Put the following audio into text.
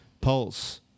Pulse